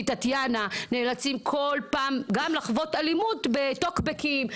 טטיאנה נאלצים כל פעם גם לחוות אלימות בטוקבקים,